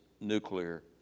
nuclear